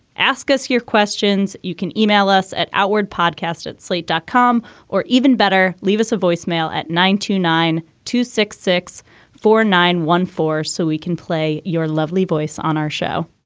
ask us your questions. you can e-mail us at outward podcast at slate dot com. or even better, leave us a voicemail at nine two nine two six six four nine one four so we can play your lovely voice on our show.